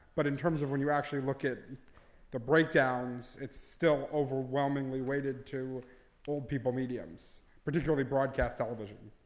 but in terms of when you actually look at the breakdowns, it's still overwhelmingly weighted to old people mediums, particularly broadcast television.